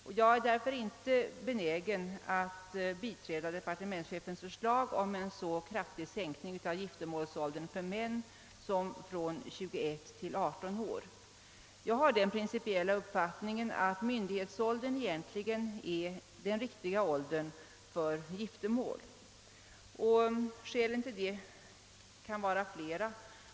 Därför är jag inte benägen att biträda departemenschefens förslag om en så kraftig sänkning av giftermålsåldern för män som från 21 till 18 år. Jag har den principiella uppfattningen att myndighetsåldern egentligen är den riktiga åldern för giftermål. Skälen härtill är flera.